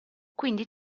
quindi